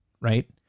Right